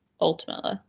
ultimately